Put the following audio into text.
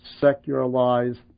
secularized